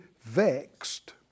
vexed